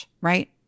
right